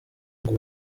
ngo